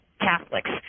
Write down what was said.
Catholics